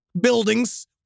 buildings